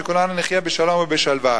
שכולנו נחיה בשלום ושלווה.